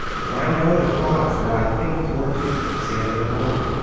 for i know the thoughts that i think towards you, saith the lord,